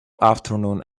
afternoon